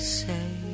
say